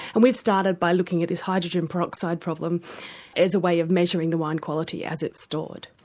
and we've started by looking at this hydrogen peroxide problem as a way of measuring the wine quality as it's stored.